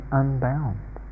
unbound